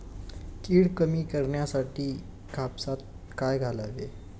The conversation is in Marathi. कीड कमी करण्यासाठी कापसात काय घालावे?